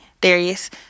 Darius